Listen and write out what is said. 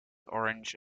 orange